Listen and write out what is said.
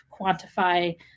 quantify